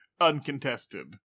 uncontested